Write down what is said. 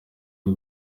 y’u